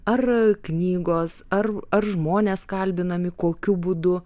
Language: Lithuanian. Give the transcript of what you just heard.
ar knygos ar ar žmonės kalbinami kokiu būdu